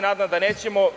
Nadam se da nećemo.